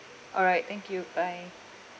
all right thank you bye